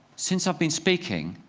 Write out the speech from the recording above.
since i've been speaking,